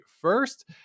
first